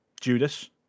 Judas